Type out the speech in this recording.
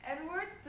Edward